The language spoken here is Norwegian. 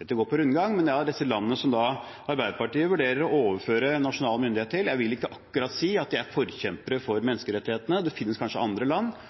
Dette går på rundgang, men det er disse landene som Arbeiderpartiet vurderer å overføre nasjonal myndighet til. Jeg vil ikke akkurat si at de er forkjempere for menneskerettighetene. Det finnes kanskje andre land,